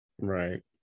right